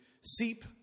seep